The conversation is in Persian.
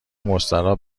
مستراح